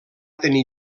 tenir